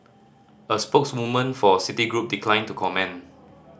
a spokeswoman for Citigroup declined to comment